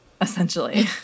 essentially